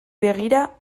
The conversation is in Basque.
begira